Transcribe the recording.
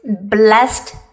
blessed